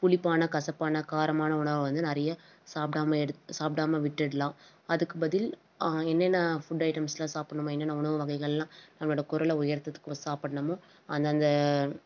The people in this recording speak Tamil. புளிப்பான கசப்பான காரமான உணவை வந்து நிறையா சாப்பிடாம எடு சாப்பிடாம விட்டுடலாம் அதுக்கு பதில் என்னென்ன ஃபுட் ஐட்டம்ஸ்லாம் சாப்புடணும்மோ என்னென்ன உணவு வகைகள்லாம் நம்மளோட குரலை உயர்த்துதுக்கு சாப்புடணும்மோ அந்த அந்த